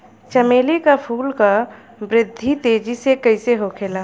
चमेली क फूल क वृद्धि तेजी से कईसे होखेला?